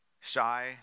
shy